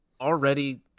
already